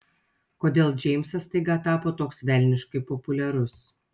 kodėl džeimsas staiga tapo toks velniškai populiarus